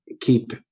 keep